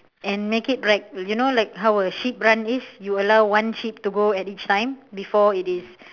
and make it like you know like how a sheep run is you allow one sheep to go at each time before it is